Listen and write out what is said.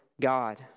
God